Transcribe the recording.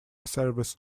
service